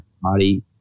body